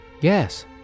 Yes